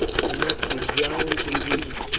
they must be giants indeed,